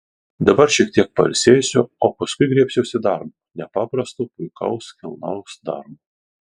dabar šiek tiek pailsėsiu o paskui griebsiuosi darbo nepaprasto puikaus kilnaus darbo